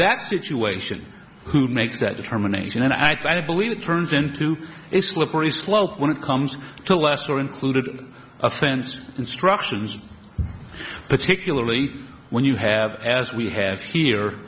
that situation who makes that determination and i kind of believe it turns into a slippery slope when it comes to lesser included offense instructions particularly when you have as we have here